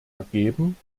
ergeben